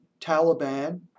Taliban